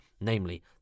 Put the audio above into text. namely